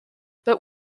but